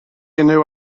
unrhyw